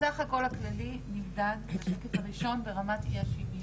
הסך-הכול הכללי נמדד בשקף הראשון ברמת אי השוויון.